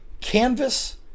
canvas